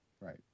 Right